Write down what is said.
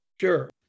Sure